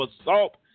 assault